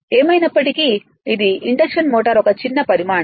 ఏమైనప్పటికీ ఇది induction motor ఒక చిన్న పరిమాణం